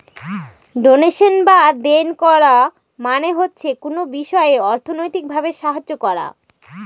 donation বা দেন করা মানে হচ্ছে কোনো বিষয়ে অর্থনৈতিক ভাবে সাহায্য করা